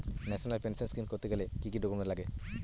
National pension scheme করতে গেলে কি কি ডকুমেন্ট লাগে?